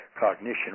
cognition